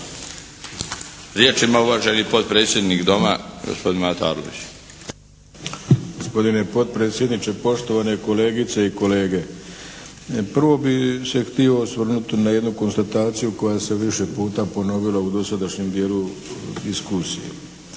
Riječ ima uvaženi potpredsjednik Doma, gospodin Mato Arlović. **Arlović, Mato (SDP)** Gospodine potpredsjedniče, poštovane kolegice i kolege. Prvo bih se htio osvrnuti na jednu konstataciju koja se više puta ponovila u dosadašnjem dijelu diskusije,